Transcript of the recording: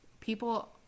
people